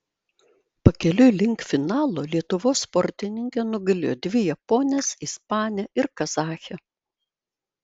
pakeliui link finalo lietuvos sportininkė nugalėjo dvi japones ispanę ir kazachę